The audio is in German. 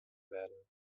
werden